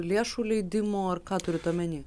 lėšų leidimo ar ką turit omeny